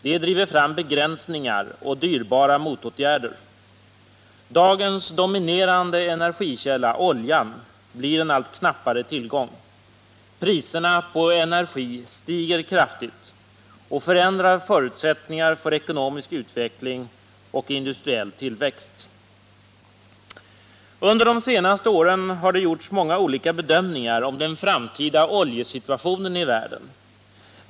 Det driver fram begränsningar och dyrbara motåtgärder. Dagens dominerande energikälla, oljan, blir en allt knappare tillgång. Priserna på energi stiger kraftigt och förändrar förutsättningarna för ekonomisk utveckling och industriell tillväxt. Under de senaste åren har det gjorts många olika bedömningar av den framtida oljesituationen i världen.